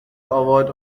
award